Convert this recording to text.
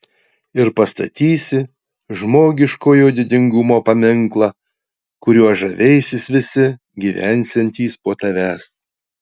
ir pastatysi žmogiškojo didingumo paminklą kuriuo žavėsis visi gyvensiantys po tavęs